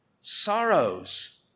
sorrows